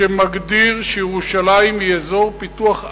שמגדיר שירושלים היא אזור פיתוח א'